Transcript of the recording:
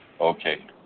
Okay